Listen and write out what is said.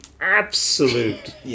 absolute